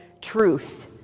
truth